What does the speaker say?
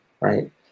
right